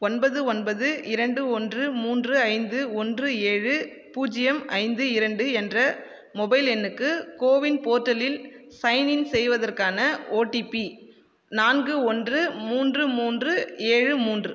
ஒன்பது ஒன்பது இரண்டு ஒன்று மூன்று ஐந்து ஒன்று ஏழு பூஜ்ஜியம் ஐந்து இரண்டு என்ற மொபைல் எண்ணுக்கு கோவின் போர்ட்டலில் சைன்இன் செய்வதற்கான ஒடிபி நான்கு ஒன்று மூன்று மூன்று ஏழு மூன்று